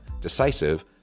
decisive